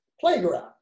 playground